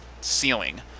ceiling